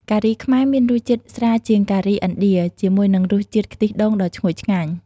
ការីខ្មែរមានរសជាតិស្រាលជាងការីឥណ្ឌា ជាមួយនឹងរសជាតិខ្ទិះដូងដ៏ឈ្ងុយឆ្ងាញ់ ។